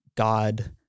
God